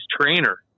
trainer